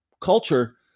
culture